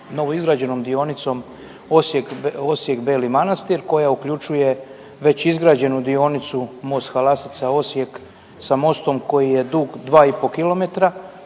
novoizgrađenom dionicom Osijek – Beli Manastir koja uključuje već izgrađenu dionicu most Halasica – Osijek sa mostom koji je dug 2,5